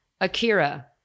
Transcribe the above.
Akira